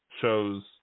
shows